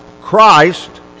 Christ